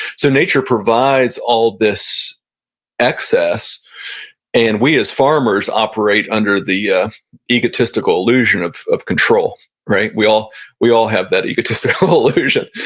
so nature provides all of this excess and we as farmers operate under the yeah egotistical illusion of of control we all we all have that egotistical illusion